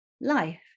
life